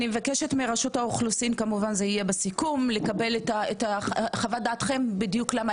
אני מבקשת מרשות האוכלוסין לקבל את חוות דעתכם למה